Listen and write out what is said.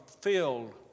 filled